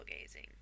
gazing